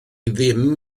ddim